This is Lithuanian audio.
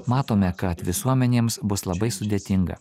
matome kad visuomenėms bus labai sudėtinga